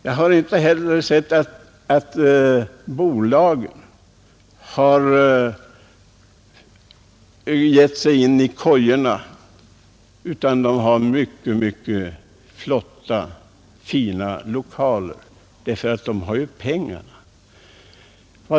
Jag har inte heller sett att de stora bolagen har flyttat in i kojor, utan de har flotta och fina lokaler, eftersom det är de som har pengarna.